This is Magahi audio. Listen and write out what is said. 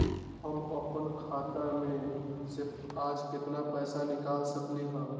हम अपन खाता में से आज केतना पैसा निकाल सकलि ह?